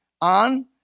on